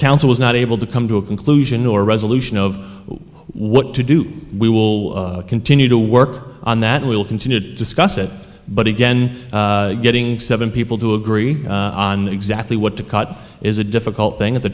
council was not able to come to a conclusion or resolution of what to do we will continue to work on that we'll continue to discuss it but again getting seven people to agree on exactly what to cut is a difficult thing it's a